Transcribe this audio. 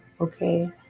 Okay